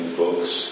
books